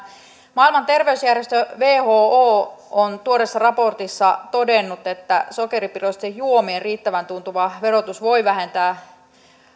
maailman terveysjärjestö who on tuoreessa raportissaan todennut että sokeripitoisten juomien riittävän tuntuva verotus voi vähentää